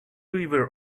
river